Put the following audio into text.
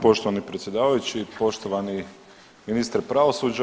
Poštovani predsjedavajući, poštovani ministre pravosuđa.